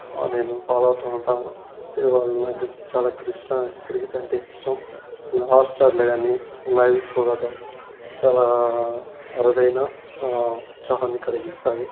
నేను ఫాలో అవుతూ ఉంటాను నాకు చాలా కృష్ణ క్రికెట్ అంటే ఇష్టం హాట్స్టార్లో కానీ లైవ్ చూడడం చాలా అరుదైన ఉత్సాహాన్ని కలిగిస్తాయి